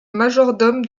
majordome